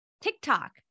TikTok